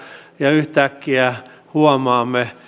ja yhtäkkiä huomaamme